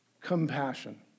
compassion